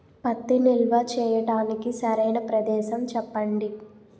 పత్తి నిల్వ చేయటానికి సరైన ప్రదేశం చెప్పండి?